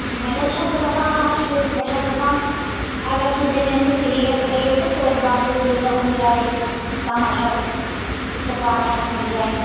وۄنۍ حظ چھَس بہٕ دپان اَکھ چیٖز بہٕ چھَس دپان اگر سُہ زٔمیٖن تہٕ تُہی ہےٚ ہیٚیِو تہٕ تٔتھۍ بَدلہٕ دِیِو مےٚ کُنہِ جایہِ کَمَرشَل سٕپاٹا کُنہِ جایہِ